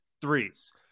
threes